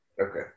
Okay